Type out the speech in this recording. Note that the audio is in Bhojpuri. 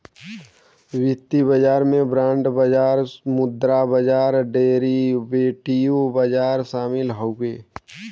वित्तीय बाजार में बांड बाजार मुद्रा बाजार डेरीवेटिव बाजार शामिल हउवे